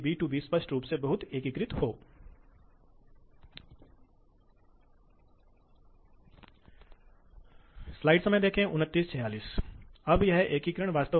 दूसरी ओर धुरी ड्राइव बहुत अधिक कॉम्पैक्ट आकार का होना चाहिए क्योंकि वे आम तौर पर एक धुरी पर लगाए जाने वाले होते हैं जो बहुत अधिक नहीं लेना चाहिए नहीं होना चाहिए